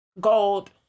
gold